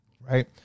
right